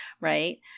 Right